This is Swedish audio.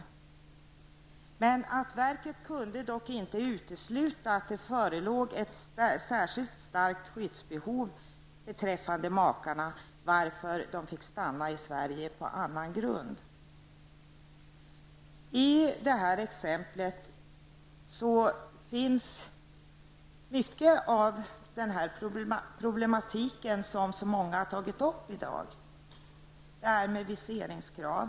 Verket kunde dock inte utesluta att det förelåg ett särskilt starkt skyddsbehov beträffande makarna, varför de fick stanna i Sverige på annan grund. Det här exemplet visar mycket av de problem som så många har tagit fram i dag. Vi har t.ex. frågan om viseringskrav.